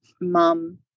mom